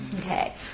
Okay